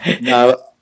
No